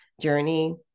journey